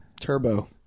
turbo